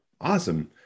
Awesome